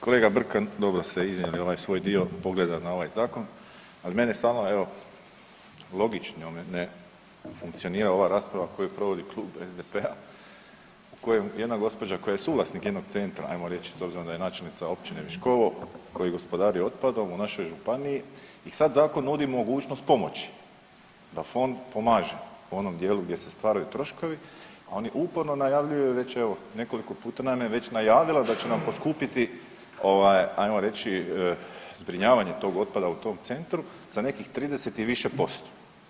Kolega Brkan dobro ste iznijeli ovaj svoj dio pogleda na ovaj zakon, ali mene stalno evo logično ne funkcionira ova rasprava koju provodi klub SDP-a u kojem jedna gospođa koja je suvlasnik jednog centra, ajmo reći s obzirom da je načelnica Općine Viškovo koji gospodari otpadom u našoj županiji i sada zakon nudi mogućnost pomoći, da fond pomaže u onom dijelu gdje se stvaraju troškovi, a oni uporno najavljuju već evo nekoliko puta nam je već najavila da će nam poskupiti ajmo reći zbrinjavanje tog otpada u tom centru za nekih 30 i više posto.